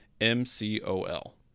M-C-O-L